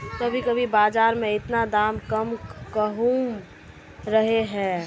कभी कभी बाजार में इतना दाम कम कहुम रहे है?